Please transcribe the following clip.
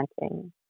planting